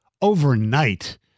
overnight